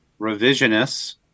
revisionists